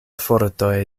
fortoj